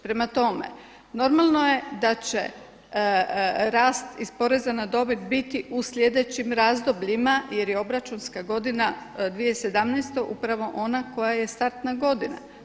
Prema tome, normalno je da će rast iz poreza na dobit biti u sljedećim razdobljima jer je obračunska godina 2017. upravo ona koja je startna godina.